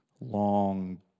long